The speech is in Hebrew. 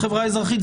בחברה האזרחית,